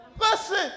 Listen